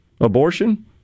abortion